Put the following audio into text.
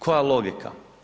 Koja logika?